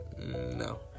no